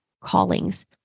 callings